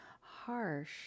harsh